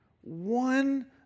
one